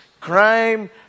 crime